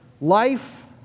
life